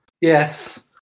Yes